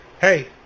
Hey